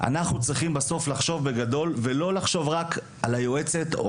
אנחנו צריכים בסוף לחשוב בגדול ולא לחשוב רק על היועצת,